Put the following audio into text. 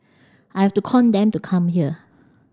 I have to con them to come here